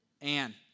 Anne